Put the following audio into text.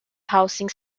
housing